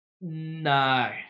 No